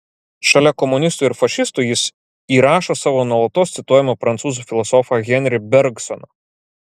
šalia komunistų ir fašistų jis įrašo savo nuolatos cituojamą prancūzų filosofą henri bergsoną